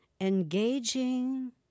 Engaging